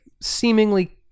seemingly